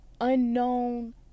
unknown